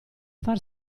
far